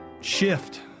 shift